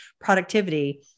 productivity